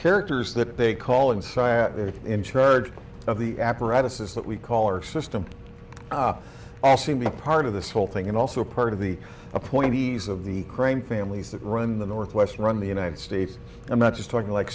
characters that they call and sat there in charge of the apparatuses that we call our system all seem to be part of this whole thing and also part of the appointees of the crime families that run the northwest run the united states i'm not just talking like